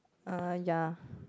err ya